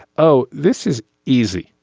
oh, this is easy,